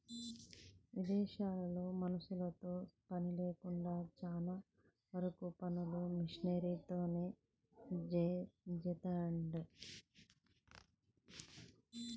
ఇదేశాల్లో మనుషులతో పని లేకుండా చానా వరకు పనులు మిషనరీలతోనే జేత్తారంట